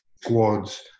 squads